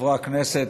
חברי הכנסת,